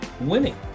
winning